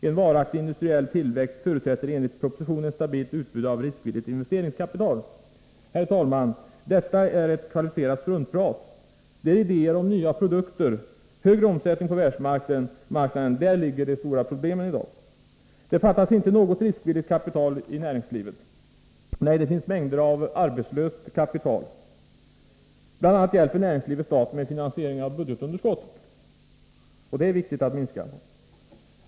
En varaktig industriell tillväxt förutsätter enligt propositionen ett stabilt utbud av riskvilligt investeringskapital.” Herr talman! Detta är kvalificerat struntprat. Det är i svårigheterna att få idéer om nya produkter och att få en högre omsättning på världsmarknaden som de stora problemen ligger. Det fattas inte något riskvilligt kapital i näringslivet. Nej, det finns mängder av arbetslöst kapital. BI. a. hjälper näringslivet staten med finansieringen av budgetunderskottet, och det är viktigt att detta minskas.